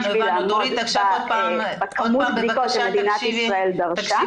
בשביל לעמוד בכמות הבדיקות שמדינת ישראל דרשה.